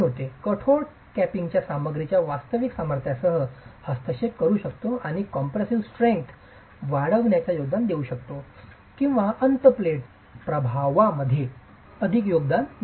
कठोर कॅपिंग सामग्रीच्या वास्तविक सामर्थ्यासह हस्तक्षेप करू शकते आणि कॉम्प्रेसीव स्ट्रेंग्थचा वाढविण्यात योगदान देऊ शकते किंवा अंत प्लेटच्या मर्यादीत प्रभावांमध्ये अधिक योगदान देऊ शकते